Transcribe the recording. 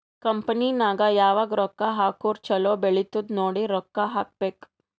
company ನಾಗ್ ಯಾವಾಗ್ ರೊಕ್ಕಾ ಹಾಕುರ್ ಛಲೋ ಬೆಳಿತ್ತುದ್ ನೋಡಿ ರೊಕ್ಕಾ ಹಾಕಬೇಕ್